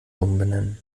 umbenennen